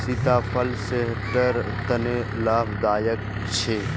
सीताफल सेहटर तने लाभदायक छे